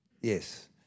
Yes